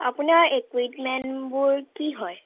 আপোনাৰ ইকুইপমেণ্টবোৰ কি হয়